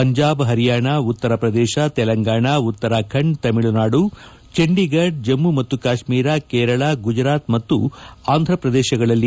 ಪಂಜಾಬ್ ಪರಿಯಾಣ ಉತ್ತರ ಪ್ರದೇಶ್ ತೆಲಂಗಾಣಾ ಉತ್ತರಾಖಂಡ್ತಮಿಳುನಾಡು ಚಂಡೀಗಢ್ ಜಮ್ಮು ಮತ್ತು ಕಾಶ್ಮೀರ ಕೇರಳ ಗುಜರಾತ್ ಮತ್ತು ಆಂಧ್ರಪ್ರದೇಶದಲ್ಲಿ